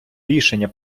рішення